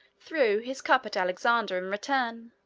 threw his cup at alexander in return